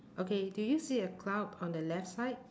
okay do you see a crowd on the left side